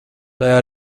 tajā